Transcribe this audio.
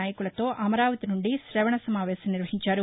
నాయకులతో అమరావతి నుండి శవణసమావేశం నిర్వహించారు